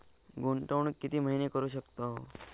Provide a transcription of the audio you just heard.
गुंतवणूक किती महिने करू शकतव?